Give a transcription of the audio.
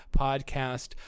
podcast